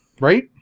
right